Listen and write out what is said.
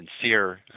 sincere